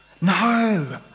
No